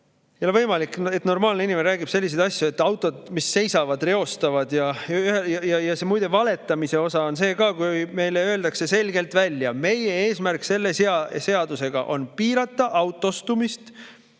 ole võimalik, et normaalne inimene räägib selliseid asju, et autod, mis seisavad, reostavad. Muide, valetamine on ka see, kui meile öeldakse selgelt välja, et eesmärk on selle seadusega piirata autostumist ja